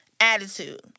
Attitude